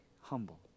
humble